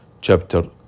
Chapter